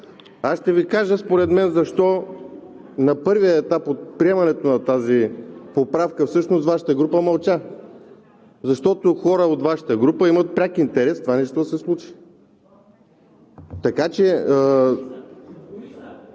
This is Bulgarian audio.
Ще Ви кажа според мен защо на първия етап от приемането на тази поправка Вашата група мълча. Защото хора от Вашата група имат пряк интерес това нещо да се случи.